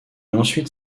ensuite